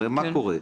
הרי מה קורה?